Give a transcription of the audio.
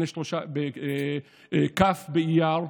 כ' באייר,